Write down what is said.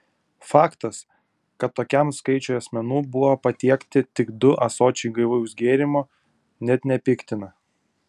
faktas kad tokiam skaičiui asmenų buvo patiekti tik du ąsočiai gaivaus gėrimo net nepiktina